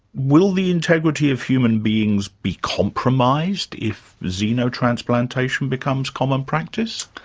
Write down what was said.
will the integrity of human beings be compromised if xenotransplantation becomes common practice?